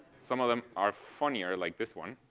some of them are funnier, like this one.